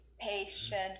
patient